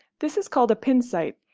this is called a pincite,